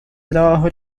trabajo